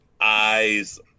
eyes